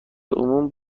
عموم